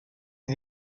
sie